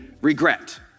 regret